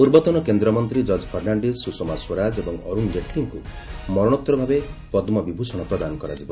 ପୂର୍ବତନ କେନ୍ଦ୍ରମନ୍ତ୍ରୀ ଜଜ୍ ପର୍ଷ୍ଣାଡିସ୍ ସୁଷମା ସ୍ୱରାଜ ଏବଂ ଅରୁଣ ଜେଟଲୀଙ୍କୁ ମରଣୋତ୍ତରଭାବେ ପଦ୍କବିଭ୍ ଷଣ ପ୍ରଦାନ କରାଯିବ